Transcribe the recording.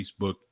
Facebook